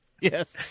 Yes